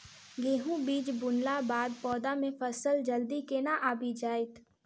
गेंहूँ बीज बुनला बाद पौधा मे फसल जल्दी केना आबि जाइत?